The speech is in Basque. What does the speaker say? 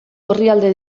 orrialde